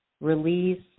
release